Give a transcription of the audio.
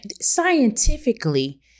scientifically